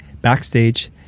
backstage